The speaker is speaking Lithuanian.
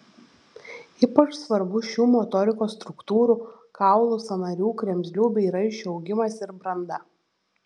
ypač svarbus šių motorikos struktūrų kaulų sąnarių kremzlių bei raiščių augimas ir branda